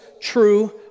true